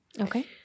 Okay